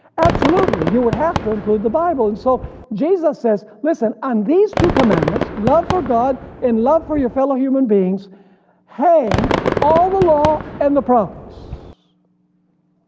absolutely. you would have to include the bible and so jesus says listen, on these two commandments, love for god and love for your fellow human beings hang all the law and the prophets.